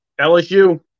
LSU